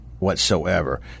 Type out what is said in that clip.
Whatsoever